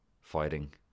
fighting